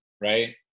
right